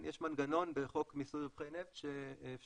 יש מנגנון בחוק מיסוי רווחי נפט שאפשר